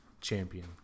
Champion